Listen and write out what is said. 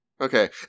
okay